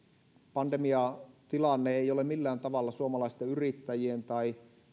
pandemiatilanne ei ole millään tavalla suomalaisten yrittäjien tai